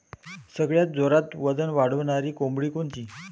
सगळ्यात जोरात वजन वाढणारी कोंबडी कोनची?